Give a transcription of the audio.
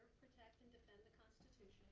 protect and defend the constitution.